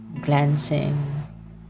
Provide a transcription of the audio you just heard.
glancing